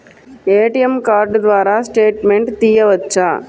ATM card ద్వారా statement తీయవచ్చా?